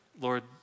Lord